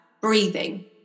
breathing